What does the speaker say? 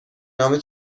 نامه